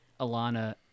Alana